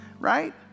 right